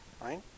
Right